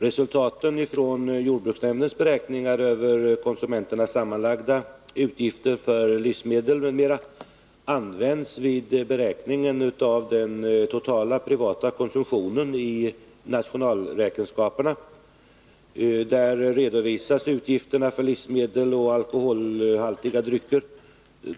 Resultaten av jordbruksnämndens beräkningar över konsumenternas sammanlagda utgifter för livsmedel m.m. används vid beräkningen av den totala privata konsumtionen i nationalräkenskaperna. Där redovisas utgifterna för livsmedel och alkoholhaltiga drycker.